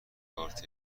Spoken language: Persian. کارت